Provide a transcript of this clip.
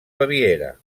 baviera